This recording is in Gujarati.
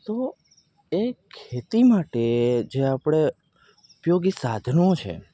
તો એ ખેતી માટે જે આપણે ઉપયોગી સાધનો છે